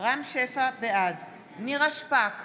בעד נירה שפק,